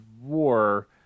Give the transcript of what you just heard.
war